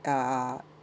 uh